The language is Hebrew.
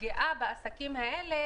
הפגיעה בעסקים האלה,